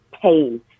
pain